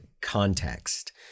context